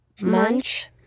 Munch